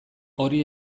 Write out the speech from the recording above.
hori